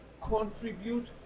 contribute